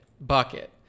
Bucket